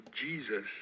jesus